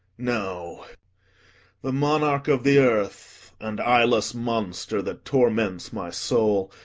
no the monarch of the earth, and eyeless monster that torments my soul,